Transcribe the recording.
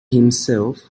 himself